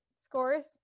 scores